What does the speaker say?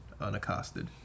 unaccosted